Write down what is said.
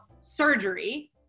surgery